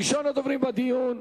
ראשון הדוברים בדיון,